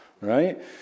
right